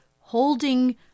holding